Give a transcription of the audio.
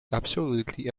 absolutely